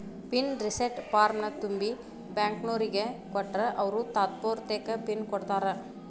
pin reset ಫಾರ್ಮ್ನ ತುಂಬಿ ಬ್ಯಾಂಕ್ನೋರಿಗ್ ಕೊಟ್ರ ಅವ್ರು ತಾತ್ಪೂರ್ತೆಕ ಪಿನ್ ಕೊಡ್ತಾರಾ